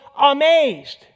amazed